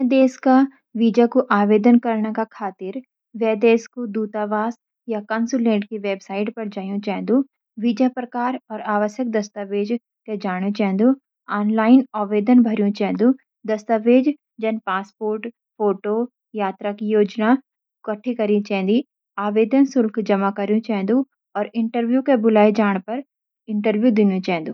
नए देश कु वीज़ा कु आवेदन करन का खातिर: वे देश कु दूतावास या कांसुलेट की वेबसाइट पर जायूं चेंदू। वीज़ा प्रकार और आवश्यक दस्तावेज़ के जाएं चेंदू। ऑनलाइन आवेदन भरियों चेंदू। दस्तावेज़, जन पासपोर्ट, फोटो, और यात्रा योजनाएं इकठ्ठा कराय चेन्दा। आवेदन शुल्क जमा करू चेंदू और इंटरव्यू के लिए बुलाए जाने पर इंटरव्यू दीनू चेंदू।